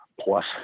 plus